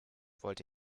wollte